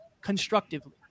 constructively